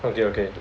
okay okay